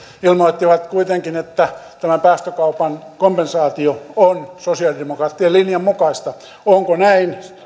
ilmoittivat kuitenkin että tämä päästökaupan kompensaatio on sosialidemokraattien linjan mukaista onko näin